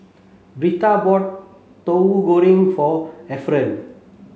Birtha bought Tauhu Goreng for Ephram